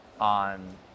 on